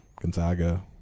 Gonzaga